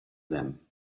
them